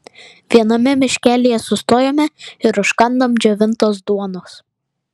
viename miškelyje sustojome ir užkandom džiovintos duonos